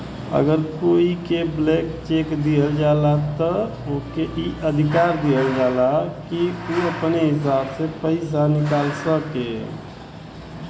अगर कोई के ब्लैंक चेक दिहल जाला त ओके ई अधिकार दिहल जाला कि उ अपने हिसाब से पइसा निकाल सके